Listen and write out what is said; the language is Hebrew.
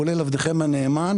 כולל אני שהייתי שם,